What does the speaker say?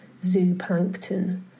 zooplankton